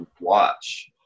watch